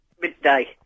midday